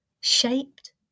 shaped